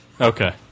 Okay